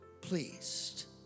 pleased